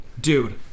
Dude